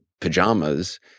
pajamas